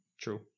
True